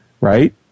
right